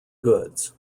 goods